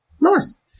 Nice